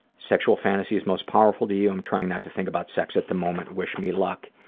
sexual fantasies most powerful to you, i'm trying not to think about sex at the moment, wish me luck.